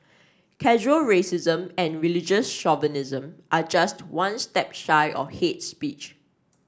casual racism and religious chauvinism are just one step shy of hate speech